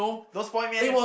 don't spoil me any